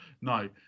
no